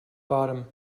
bottom